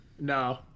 No